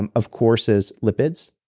and of course is lipids.